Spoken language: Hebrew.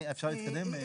אפשר להתקדם?